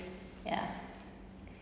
ya